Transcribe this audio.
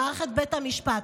במערכת בית המשפט.